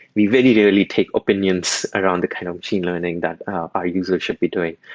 we very rarely take opinions around the kind of machine learning that our users should be doing.